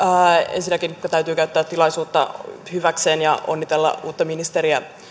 ensinnäkin nyt täytyy käyttää tilaisuutta hyväkseen ja onnitella uutta ministeriä